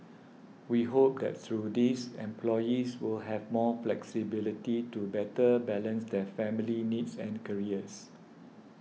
we hope that through these employees will have more flexibility to better balance their family needs and careers